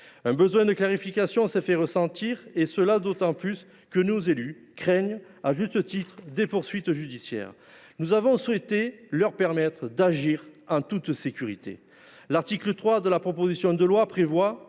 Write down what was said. Un besoin de clarification s’est fait ressentir, d’autant que nos élus craignent, à juste titre, des poursuites judiciaires. Nous avons donc souhaité leur permettre d’agir en toute sécurité. L’article 3 de la proposition de loi prévoit,